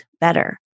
better